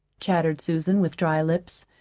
chattered susan, with dry lips.